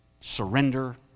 surrender